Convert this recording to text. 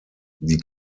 die